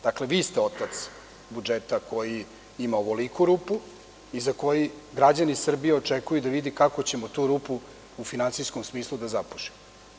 Dakle, vi ste otac budžeta koji ima ovoliku rupu i za koji građani Srbije očekuju da vide kako ćemo tu rupu u finansijskom smislu da zapušimo.